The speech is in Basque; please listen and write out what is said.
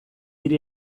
hiri